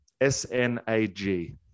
S-N-A-G